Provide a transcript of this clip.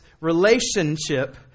relationship